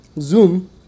Zoom